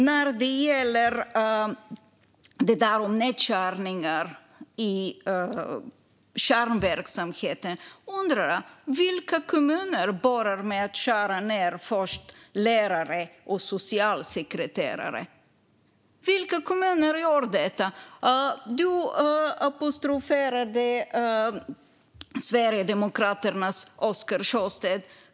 När det gäller nedskärningar i kärnverksamheten undrar jag: Vilka kommuner började att skära ned på lärare och socialsekreterare? Vilka kommuner gjorde detta? Niklas Karlsson apostroferade Sverigedemokraternas Oscar Sjöstedt.